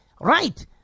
Right